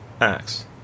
acts